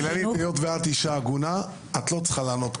אילנית, היות ואת אישה הגונה את לא צריכה לענות.